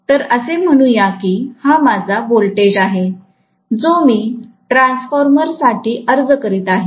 तर असे म्हणूया की हा माझा व्होल्टेज आहे जो मी ट्रान्सफॉर्मर साठी अर्ज करीत आहे